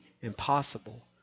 impossible